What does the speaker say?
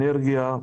אנרגיה.